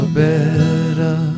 better